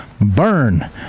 burn